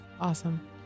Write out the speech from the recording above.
awesome